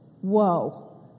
whoa